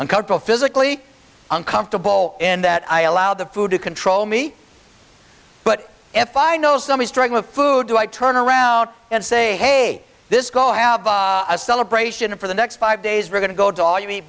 uncomfortable and physically uncomfortable in that i allow the food to control me but if i know some strength of food do i turn around and say hey this go have a celebration for the next five days we're going to go do all you me